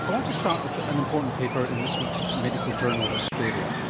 i want to start with an important paper in this week's medical journal of australia.